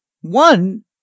One